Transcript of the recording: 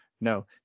No